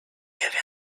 avait